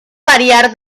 variar